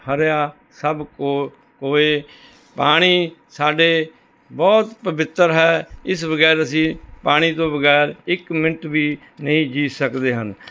ਹਰਿਆ ਸਭੁ ਕੋ ਕੋਇ ਪਾਣੀ ਸਾਡੇ ਬਹੁਤ ਪਵਿੱਤਰ ਹੈ ਇਸ ਬਗੈਰ ਅਸੀਂ ਪਾਣੀ ਤੋਂ ਬਗੈਰ ਇੱਕ ਮਿੰਟ ਵੀ ਨਹੀਂ ਜੀਅ ਸਕਦੇ ਹਨ